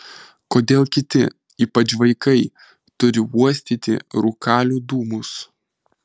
kodėl kiti ypač vaikai turi uostyti rūkalių dūmus